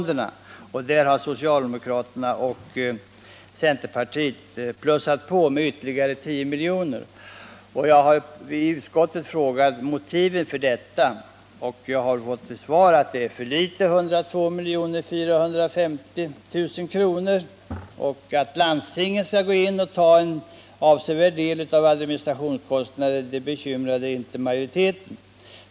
Där har socialdemokraterna och centerpartisterna plussat på med ytterligare 10 milj.kr. Jag har i utskottet frågat efter motivet för detta. Jag har fått till svar att 102 450 000 kr. är otillräckligt. Att landstinget skall gå in och ta en avsevärd del av administrationskostnaderna bekymrade inte majoriteten.